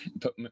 put